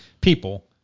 people